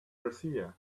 garcia